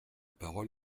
parole